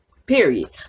Period